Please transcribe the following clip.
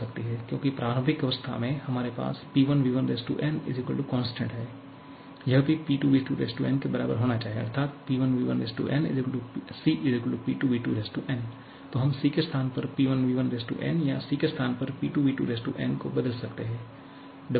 क्योंकि प्रारंभिक अवस्था में हमारे पास P1V1n a constant है यह भी P2 V2n के बराबर होना चाहिए अर्थात P1V1n CP2V2n तो हम C के स्थान पर P1V1n या C के स्थान पर P2V2n को बदल सकते हैं